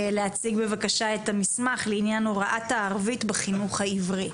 שתציג את המסמך לעניין הוראת הערבית בחינוך העברי.